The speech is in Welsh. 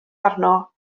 arno